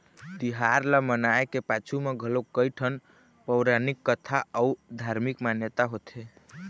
तिहार ल मनाए के पाछू म घलोक कइठन पउरानिक कथा अउ धारमिक मान्यता होथे